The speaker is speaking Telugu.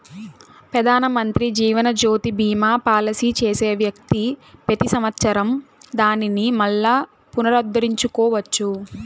పెదానమంత్రి జీవనజ్యోతి బీమా పాలసీ చేసే వ్యక్తి పెతి సంవత్సరం దానిని మల్లా పునరుద్దరించుకోవచ్చు